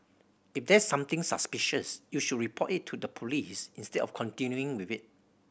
if there's something suspicious you should report it to the police instead of continuing with it